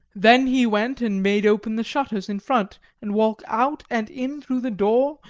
then he went and made open the shutters in front and walk out and in through the door,